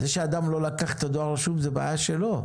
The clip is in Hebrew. זה שאדם לא לקח את הדואר הרשום, זו בעיה שלו.